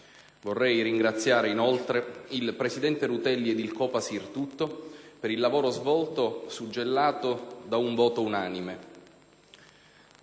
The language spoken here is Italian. Vorrei ringraziare, inoltre, il presidente Rutelli ed il COPASIR tutto per il lavoro svolto, suggellato da un voto unanime